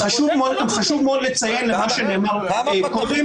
-- חשוב מאוד לציין לאחר שנאמר פה קודם,